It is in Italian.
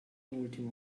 ultimo